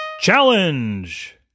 Challenge